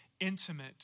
intimate